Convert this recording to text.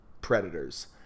predators